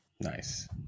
Nice